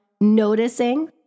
noticing